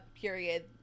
period